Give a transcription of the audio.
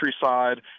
countryside